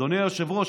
אדוני היושב-ראש,